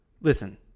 Listen